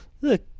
look